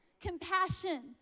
compassion